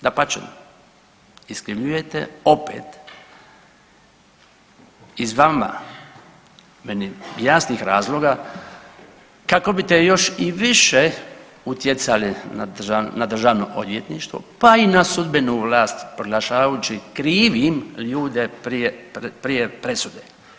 Dapače, iskrivljujete opet iz vama meni jasnih razloga kako bite još i više utjecali na državno odvjetništvo, pa i na sudbenu vlast proglašavajući krivim ljude prije, prije presude.